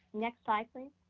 next slide, please.